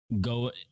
go